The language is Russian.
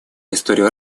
историю